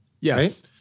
Yes